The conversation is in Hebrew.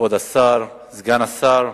כבוד השר, סגן השר,